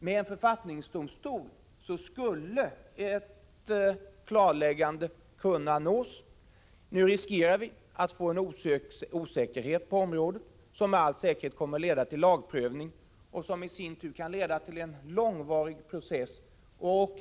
Med en författningsdomstol skulle ett klarläggande kunna nås. Nu finns det risk för att det uppstår en ovisshet på området som med all säkerhet kommer att leda till lagprövning och som i sin tur kan leda till en långvarig process.